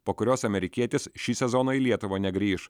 po kurios amerikietis šį sezoną į lietuvą negrįš